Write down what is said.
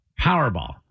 Powerball